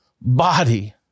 body